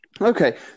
Okay